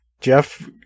jeff